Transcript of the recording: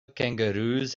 kangaroos